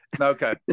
Okay